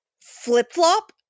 flip-flop